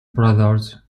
brothers